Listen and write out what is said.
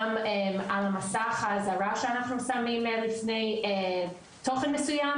גם על המסך האזהרה שאנחנו שמים לפני תוכן מסוים,